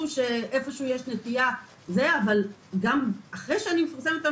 שאיפשהו יש נטייה גם אחרי שאני מפרסמת את